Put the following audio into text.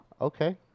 Okay